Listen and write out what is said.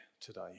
today